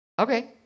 okay